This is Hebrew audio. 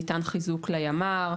ניתן חיזוק לימ"ר,